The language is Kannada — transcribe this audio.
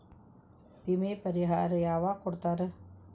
ವಿಮೆ ಪರಿಹಾರ ಯಾವಾಗ್ ಕೊಡ್ತಾರ?